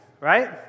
right